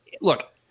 Look